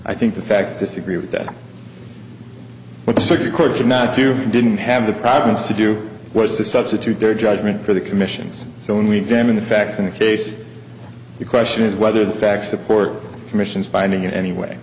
i think the facts disagree with that what the circuit court could not do you didn't have the province to do was to substitute their judgment for the commissions so when we examine the facts in a case the question is whether the facts support commissions finding in any way